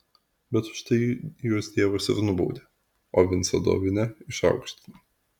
bet už tai juos dievas ir nubaudė o vincą dovinę išaukštino